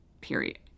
period